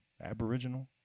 Aboriginal